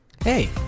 Hey